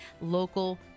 local